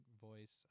voice